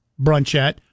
Brunchette